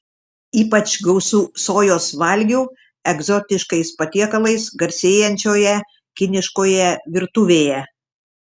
ypač gausu sojos valgių egzotiškais patiekalais garsėjančioje kiniškoje virtuvėje